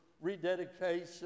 rededication